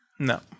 No